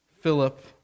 Philip